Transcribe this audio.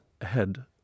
ahead